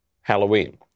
Halloween